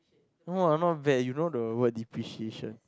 !wow! not bad you know the word depreciation